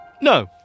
No